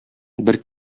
бер